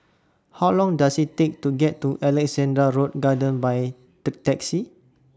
How Long Does IT Take to get to Alexandra Road Garden By Taxi